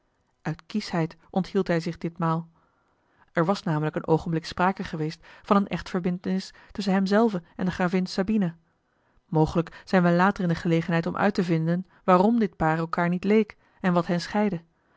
uit kieschheid onthield hij zich ditmaal er was namelijk een oogenblik sprake geweest van eene echtverbintenis tusschen hem zelven en de gravin sabina mogelijk zijn wij later in de gelegenheid om uit te vinden waarom dit paar elkaâr niet leek en wat hen scheidde